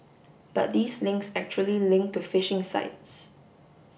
but these links actually link to phishing sites